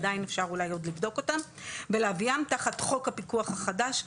עדיין אפשר עוד לבדוק אותם ולהביאם תחת חוק הפיקוח החדש,